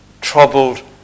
troubled